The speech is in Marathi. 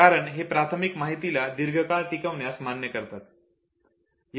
कारण हे प्राथमिक माहितीला दीर्घकाळ टिकविण्यास मान्य करतात